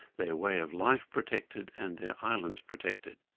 their way of life protected and their islands protected.